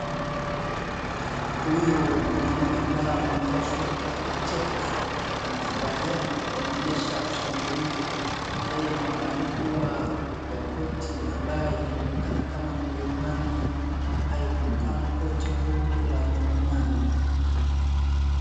huyu mwanaume ambaye amevaa suti akicheka anafurahia na kuonyesha mshangilio, yeye ni mkubwa wa korti ambayo inajulikana kama Milimani High Court ama korti kuu la milimani